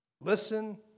listen